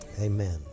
Amen